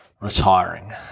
retiring